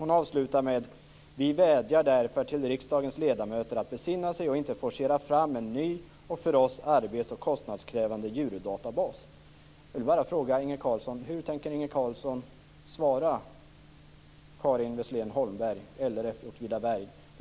Hon avslutar med: Vi vädjar därför till riksdagens ledamöter att besinna sig och inte forcera fram en ny och för oss arbets och kostnadskrävande djurdatabas. Carlsson svara Karin Wesslén Holmberg, LRF Åtvidaberg?